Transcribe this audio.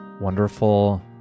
wonderful